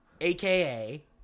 AKA